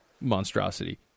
monstrosity